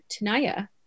Tanaya